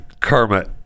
Kermit